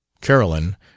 Carolyn